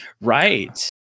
right